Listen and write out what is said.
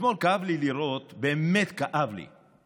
אתמול כאב לי לראות, באמת כאב לי,